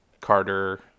Carter